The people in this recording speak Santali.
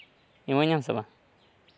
ᱤᱢᱟᱹᱧ ᱟᱢ ᱥᱮ ᱵᱟᱝ